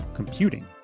Computing